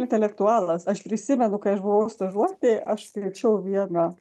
intelektualas aš prisimenu kai aš buvau stažuotėj aš skaičiau vieną